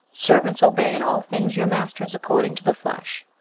servants, obey in all things your masters according to the flesh,